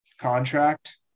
contract